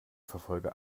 verfolger